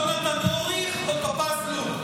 יונתן אוריך או טופז לוק?